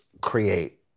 create